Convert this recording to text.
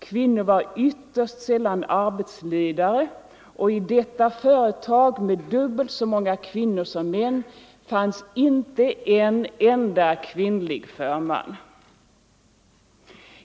Kvinnor var ytterst sällan arbetsledare, och i detta företag med dubbelt så många kvinnor som män fanns inte en enda kvinnlig förman.